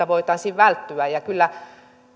voitaisiin välttyä ja kyllä